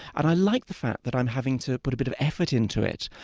and i like the fact that i'm having to put a bit of effort into it,